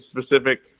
specific